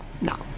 no